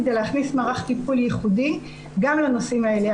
כדי להכניס מערך טיפול ייחודי גם לנושאים האלה.